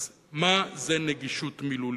אז מה זה נגישות מילולית?